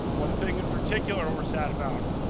one thing in particular we are sad about,